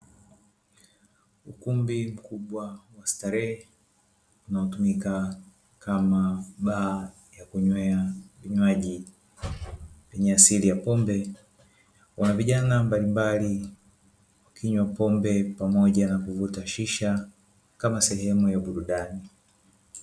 Ukumbi mkubwa wa starehe unaotumika kama baa ya kunywea vinywaji vyenye asili ya pombe, wana vijana mbalimbali wakinywa pombe pamoja na kuvuta shisha kama sehemu ya burudani.